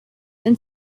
then